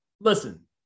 Listen